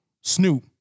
Snoop